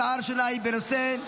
הצעה הראשונה היא בנושא: